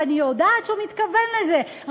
ואני יודעת שהוא מתכוון לזה,